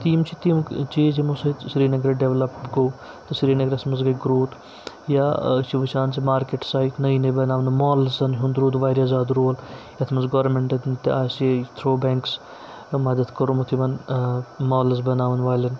تہٕ یِم چھِ تِم چیٖز یِمو سۭتۍ سرینگرٕ ڈٮ۪ولَپ گوٚو تہٕ سرینَگرَس منٛز گٔے گروتھ یا أسۍ چھِ وٕچھان زِ مارکٮ۪ٹٕس آیہِ نٔے نٔے بَناونہٕ مالزَن ہُنٛد روٗد واریاہ زیادٕ رول یَتھ منٛز گورمنٹَن تہِ آسہِ تھرٛوٗ بٮ۪نٛکٕس مَدد کوٚرمُت یِمَن مالٕز بَناون والٮ۪ن